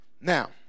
now